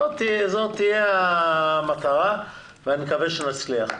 זו תהיה המטרה ואני מקווה שנצליח.